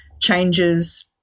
changes